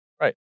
Right